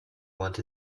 want